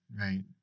right